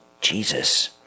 Jesus